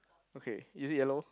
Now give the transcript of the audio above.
okay is it yellow